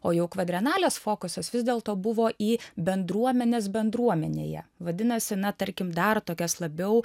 o jau kvadrenalės fokusas vis dėlto buvo į bendruomenes bendruomenėje vadinasi na tarkim dar tokias labiau